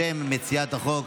בשם מציעת החוק,